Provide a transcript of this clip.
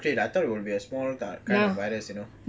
I overlooked it like I thought it will be a small kind of virus you know